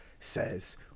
says